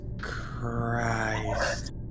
Christ